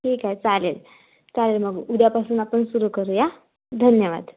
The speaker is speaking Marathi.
ठीक आहे चालेल चालेल मग उद्यापासून आपण सुरु करू या धन्यवाद